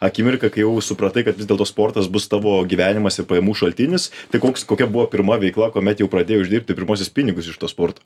akimirką kai jau supratai kad vis dėlto sportas bus tavo gyvenimas ir pajamų šaltinis tai koks kokia buvo pirma veikla kuomet jau pradėjai uždirbti pirmuosius pinigus iš to sporto